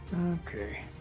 Okay